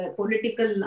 political